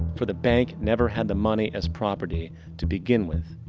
for the bank never had the money as property to begin with.